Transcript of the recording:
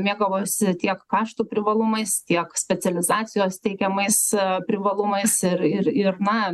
mėgavosi tiek kaštų privalumais tiek specializacijos teikiamais privalumais ir ir ir na